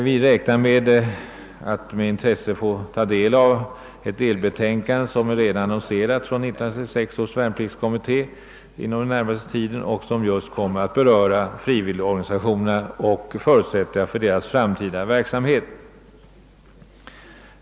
Vi räknar med att inom den närmaste tiden få ta del av ett delbetänkande som redan har aviserats av 1966 års värnpliktskommitté och som kommer att beröra just frivilligorganisationerna och förutsättningarna för deras framtida verksamhet.